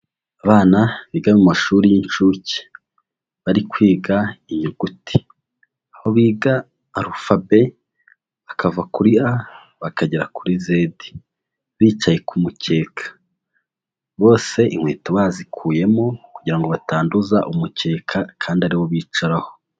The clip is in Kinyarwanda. Abana biga mu mashuri y'inshuke bari kwiga inyuguti aho biga alufabe bakava kuri a bakagera kuri zedi bicaye ku mukeka, bose inkweto bazikuyemo kugira ngo batanduza umukeka kandi ariwo bicaraho.